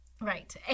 Right